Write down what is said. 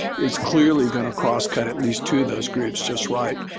it's clearly going to cross cut at least to those groups just right,